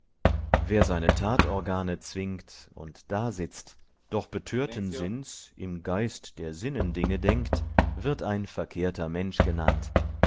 wer seine tatorgane zwingt und dasitzt doch betörten sinns im geist der sinnendinge denkt wird ein verkehrter mensch genannt